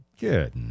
Good